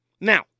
Now